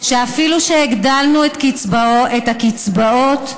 שאפילו שהגדלנו את הקצבאות,